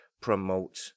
promote